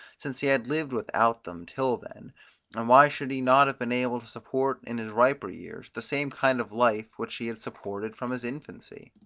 since he had lived without them till then and why should he not have been able to support in his riper years, the same kind of life, which he had supported from his infancy?